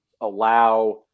allow